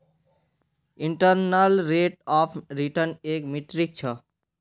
internal rate of return एक metric छ